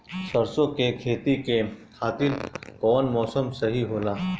सरसो के खेती के खातिर कवन मौसम सही होला?